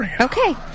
Okay